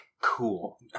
cool